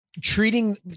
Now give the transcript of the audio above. treating